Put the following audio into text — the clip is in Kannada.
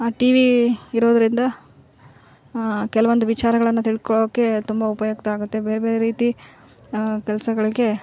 ಆ ಟಿವಿ ಇರೋದ್ರಿಂದ ಕೆಲವೊಂದು ವಿಚಾರಗಳನ್ನು ತಿಳ್ಕೊಳೋಕೆ ತುಂಬ ಉಪಯುಕ್ತ ಆಗುತ್ತೆ ಬೇರೆಬೇರೆ ರೀತಿ ಕೆಲಸಗಳಿಗೆ